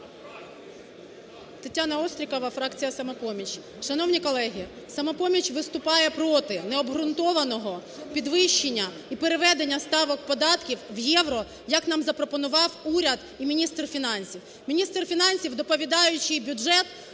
Тетяна Острікова, фракція "Самопоміч". Шановні колеги! "Самопоміч" виступає проти необґрунтованого підвищення і переведення ставок податків в євро, як нам запропонував уряд і міністр фінансів. Міністр фінансів, доповідаючи бюджет,